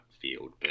field